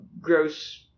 gross